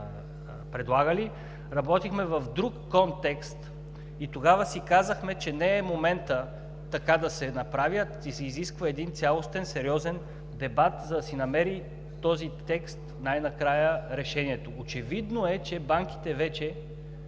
предложили, работихме в друг контекст и тогава си казахме, че не е моментът така да се направи, а се изисква един цялостен, сериозен дебат, за да си намери този текст най-накрая решението. Очевидно е, че банките вече